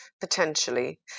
potentially